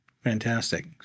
fantastic